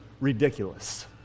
ridiculous